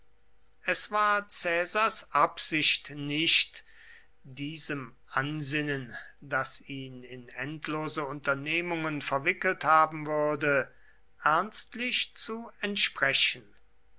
es war caesars absicht nicht diesem ansinnen das ihn in endlose unternehmungen verwickelt haben würde ernstlich zu entsprechen